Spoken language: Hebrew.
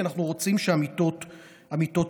כי אנחנו רוצים שהמיטות יקומו.